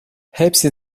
hepsi